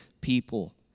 people